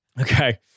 okay